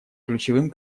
ключевым